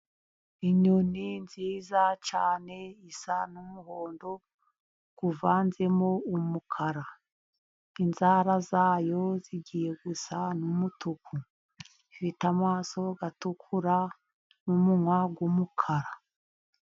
Inyoni nziza cyane isa n'umuhondo uvanzemo umukara, inzara zayo zigiye gusa n'umutuku, ifite amaso atukura n'umunwa w'umukara.